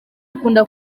akunda